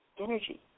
energy